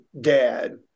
dad